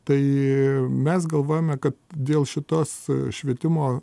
tai mes galvojame kad dėl šitos švietimo